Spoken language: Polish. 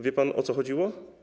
Wie pan, o co chodziło?